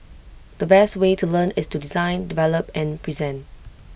the best way to learn is to design develop and present